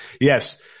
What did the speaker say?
Yes